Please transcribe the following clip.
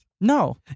No